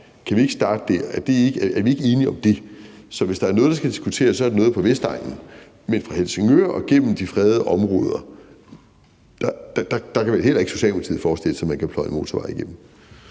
Kan vi ikke starte der? Er vi ikke enige om det? Så hvis der er noget, der skal diskuteres, er det noget på Vestegnen. Men fra Helsingør og gennem de fredede områder kan vel heller ikke Socialdemokratiet forestille sig at man kan pløje en motorvej igennem?